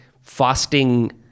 fasting